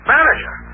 Manager